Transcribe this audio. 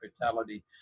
fatality